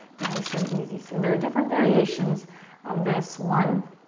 nice and easy. so there are different variations of this, one,